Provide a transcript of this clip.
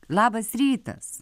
labas rytas